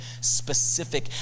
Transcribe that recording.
specific